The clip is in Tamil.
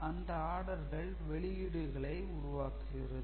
அந்த ஆடர்கள் வெளியீடுகளை உருவாக்குகிறது